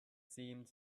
seemed